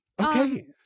Okay